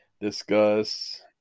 discuss